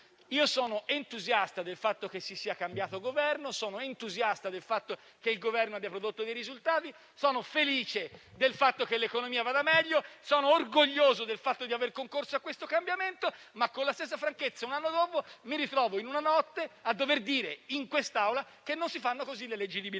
Sono entusiasta allora del fatto che si sia cambiato Governo, sono entusiasta del fatto che il Governo abbia prodotto dei risultati, felice del fatto che l'economia vada meglio e orgoglioso del fatto di aver concorso a questo cambiamento. Con la stessa franchezza però, un anno dopo, mi ritrovo in una notte a dover dire in questa Aula che non si fanno così le leggi di bilancio.